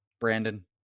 Brandon